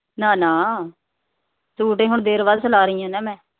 ਨਾ ਨਾ ਸੂਟ ਏ ਹੁਣ ਦੇਰ ਬਾਅਦ ਸਿਲਾ ਰਹੀਂ ਹਾਂ ਨਾ ਮੈਂ